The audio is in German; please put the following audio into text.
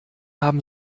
haben